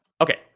Okay